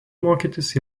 mokytis